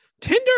Tinder